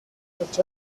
such